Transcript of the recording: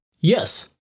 Yes